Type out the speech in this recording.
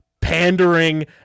pandering